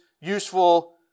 useful